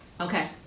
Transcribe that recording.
okay